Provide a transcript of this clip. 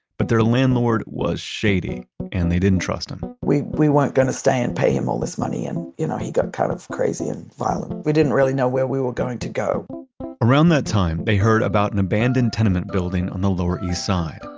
but their landlord was shady and they didn't trust him we we weren't going to stay and pay him all this money and you know he got kind of crazy and violent. we didn't really know where we were going to go around that time, they heard about an abandoned tenement building on the lower east side.